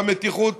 במתיחות